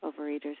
Overeaters